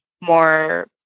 more